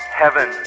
heaven